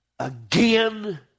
Again